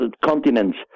continents